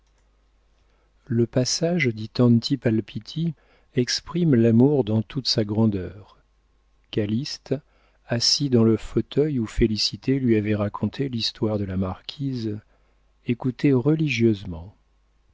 le passage di tanti palpiti exprime l'amour dans toute sa grandeur calyste assis dans le fauteuil où félicité lui avait raconté l'histoire de la marquise